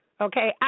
Okay